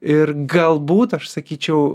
ir galbūt aš sakyčiau